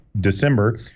December